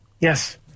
Yes